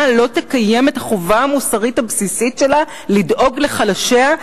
לא תקיים את החובה המוסרית הבסיסית שלה: לדאוג לחלשיה,